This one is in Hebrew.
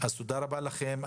תודה רבה לכם.